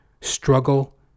struggle